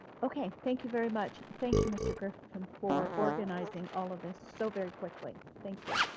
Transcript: okay, thank you very much. thank you, mr. griffin for organizing all of this so very quickly, thank you.